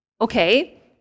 Okay